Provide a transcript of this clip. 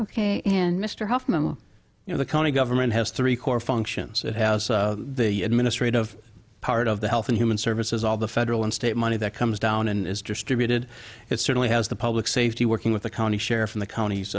ok and mr hoffman you know the county government has three core functions it has the administrative part of the health and human services all the federal and state money that comes down and is distributed it certainly has the public safety working with the county sheriff and the counties